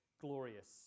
glorious